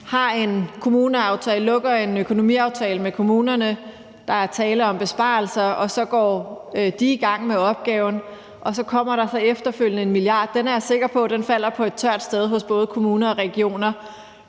har en kommuneaftale, lukker en økonomiaftale med kommunerne; der er tale om besparelser, og så går de i gang med opgaven, og så kommer der efterfølgende 1 mia. kr. Jeg er sikker på, at den falder på et tørt sted hos både kommuner og regioner.